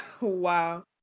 wow